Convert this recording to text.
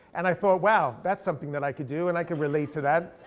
and i thought, wow, that's something that i could do. and i can relate to that,